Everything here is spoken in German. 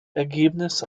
ergebnis